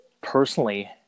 personally